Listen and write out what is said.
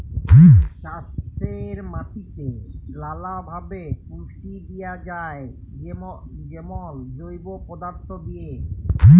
চাষের মাটিতে লালাভাবে পুষ্টি দিঁয়া যায় যেমল জৈব পদাথ্থ দিঁয়ে